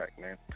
man